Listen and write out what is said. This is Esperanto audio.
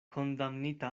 kondamnita